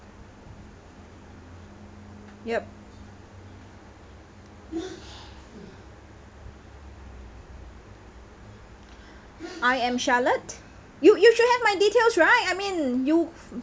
yup I am charlotte you you should have my details right I mean you